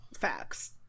facts